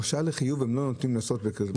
הרשאה לחיוב הם לא נותנים לעשות בכרטיס דביט.